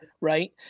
right